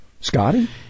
Scotty